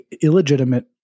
illegitimate